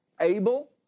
able